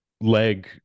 leg